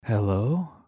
Hello